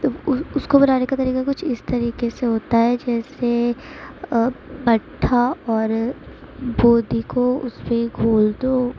اس کو بنانے کا طریقہ کچھ اس طریقے سے ہوتا ہے جیسے مٹھا اور بُندی کو اس میں گھول دو